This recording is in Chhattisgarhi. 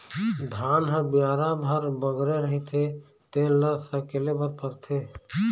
धान ह बियारा भर बगरे रहिथे तेन ल सकेले बर परथे